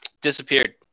disappeared